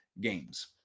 games